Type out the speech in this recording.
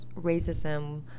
racism